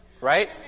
right